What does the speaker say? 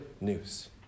news